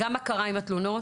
מה קרה עם התלונות?